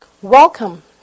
Welcome